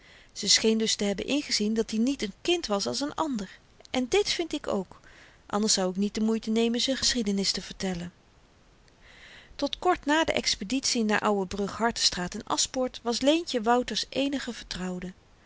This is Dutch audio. ze scheen dus te hebben ingezien dat-i niet n kind was als n ander en dit vind ik ook anders zou ik niet de moeite nemen z'n geschiedenis te vertellen tot kort na de expeditie naar ouwenbrug hartenstraat en aschpoort was leentje wouter's eenige vertrouwde